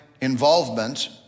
involvement